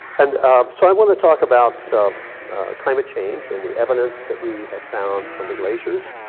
and so i wanna talk about climate change and the evidence that we have found from the glaciers.